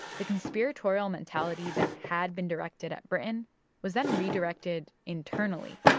the conspiratorial mentality that had been directed at britain was then redirected internally.